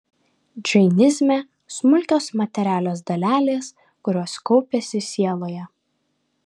džainizme smulkios materialios dalelės kurios kaupiasi sieloje